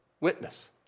Witness